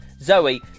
Zoe